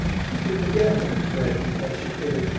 she could forget him when, as she put it,